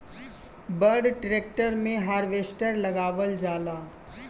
बड़ ट्रेक्टर मे हार्वेस्टर लगावल जाला